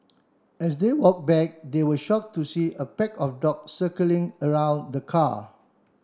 as they walk back they were shock to see a pack of dog circling around the car